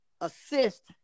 assist